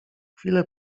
chwilę